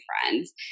friends